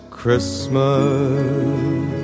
Christmas